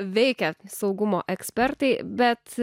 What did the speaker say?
veikia saugumo ekspertai bet